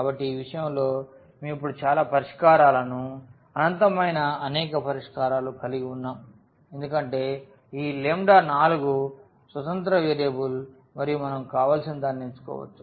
కాబట్టి ఈ విషయంలో మేము ఇప్పుడు చాలా పరిష్కారాలను అనంతమైన అనేక పరిష్కారాలు కలిగివున్నాం ఎందుకంటే ఈ 4 స్వతంత్ర వేరియబుల్ మరియు మనం కావలసినదాన్ని ఎంచుకోవచ్చు